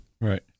Right